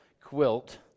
quilt